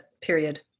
period